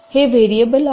हे व्हेरिएबल आहे